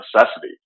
necessity